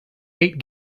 eight